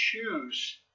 choose